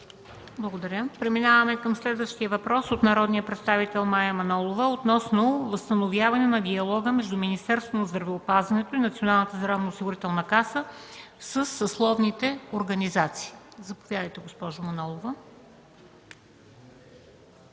Благодаря. Преминаваме към следващия въпрос от народния представител Мая Манолова относно възстановяване на диалога между Министерството на здравеопазването и Националната здравноосигурителна каса със съсловните организации. Заповядайте, госпожо Манолова.